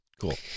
Cool